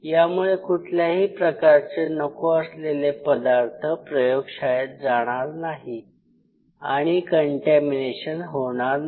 यामुळे कुठल्याही प्रकारचे नको असलेले पदार्थ प्रयोगशाळेत जाणार नाही आणि कंटॅमीनेशन होणार नाही